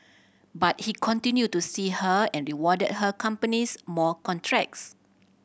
but he continued to see her and rewarded her companies more contracts